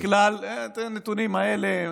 הנתונים האלה,